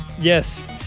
Yes